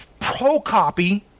Procopy